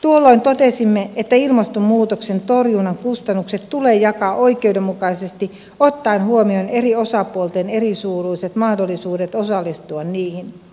tuolloin totesimme että ilmastonmuutoksen torjunnan kustannukset tulee jakaa oikeudenmukaisesti ottaen huomioon eri osapuolten erisuuruiset mahdollisuudet osallistua niihin